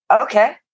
Okay